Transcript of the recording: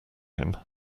him